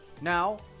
Now